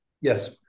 Yes